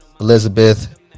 Elizabeth